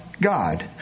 God